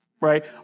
right